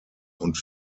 und